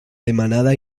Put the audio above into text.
demanada